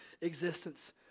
existence